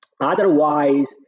Otherwise